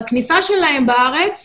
בכניסה שלהם בארץ,